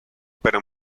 pero